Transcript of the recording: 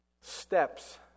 steps